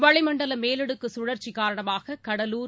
வளிமண்டல மேலடுக்கு சுழற்சி காரணமாக கடலூர்